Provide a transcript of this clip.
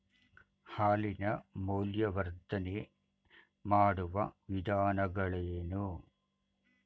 ಹಾಲಿನ ಮೌಲ್ಯವರ್ಧನೆ ಮಾಡುವ ವಿಧಾನಗಳೇನು?